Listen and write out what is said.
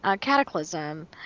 Cataclysm